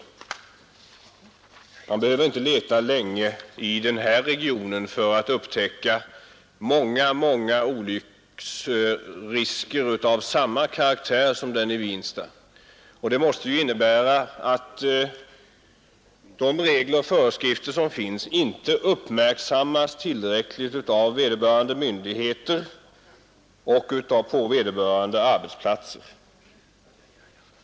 Man behöver inte leta länge i den här regionen i varje fall för att upptäcka otaliga olycksrisker av samma karaktär som den i Vinsta. Det måste ju innebära att de regler och föreskrifter som finns inte uppmärksammas tillräckligt av vederbörande myndigheter och på berörda arbetsplatser.